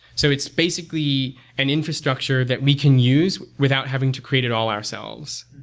so it's basically an infrastructure that we can use without having to create it all ourselves.